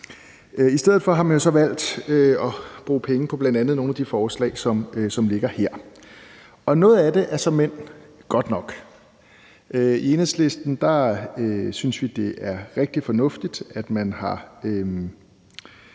I stedet for har man så valgt at bruge penge på bl.a. nogle af de forslag, som ligger her. Og noget af det er såmænd godt nok. I Enhedslisten synes vi, det er rigtig fornuftigt, at der